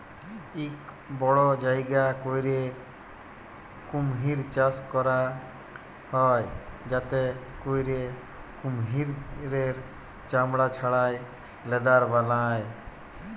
ইক বড় জায়গা ক্যইরে কুমহির চাষ ক্যরা হ্যয় যাতে ক্যইরে কুমহিরের চামড়া ছাড়াঁয় লেদার বালায়